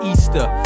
Easter